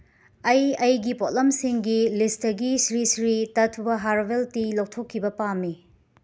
ꯑꯩ ꯑꯩꯒꯤ ꯄꯣꯠꯂꯝꯁꯤꯡꯒꯤ ꯂꯤꯁꯇꯒꯤ ꯁ꯭ꯔꯤ ꯁ꯭ꯔꯤ ꯇꯠꯊ꯭ꯋꯥ ꯍꯔꯕꯦꯜ ꯇꯤ ꯂꯧꯊꯣꯛꯈꯤꯕ ꯄꯥꯝꯃꯤ